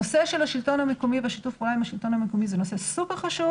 הנושא של השלטון המקומי ושיתוף הפעולה איתו זה נושא חשוב.